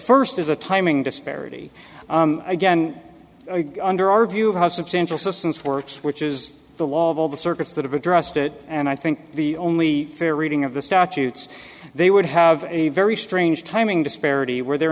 first is a timing disparity again under our view of how substantial systems works which is the wall of all the circuits that have addressed it and i think the only fair reading of the statutes they would have a very strange timing disparity whe